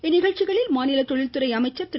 இந்நிகழ்ச்சிகளில் மாநில தொழில்துறை அமைச்சர் திரு